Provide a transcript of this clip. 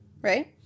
right